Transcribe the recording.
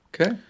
Okay